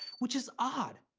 which is odd,